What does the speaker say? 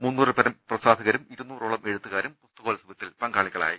മുന്നൂറിൽപരം പ്രസാധകരും ഇരുനൂറോളം എഴുത്തുകാരും പുസ്തകോത്സവത്തിൽ പങ്കാളികളായി